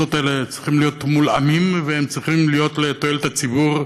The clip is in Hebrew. מהמוסדות האלה צריכים להיות מולאמים וצריכים להיות לתועלת הציבור,